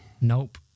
Nope